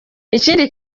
ikindi